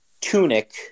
tunic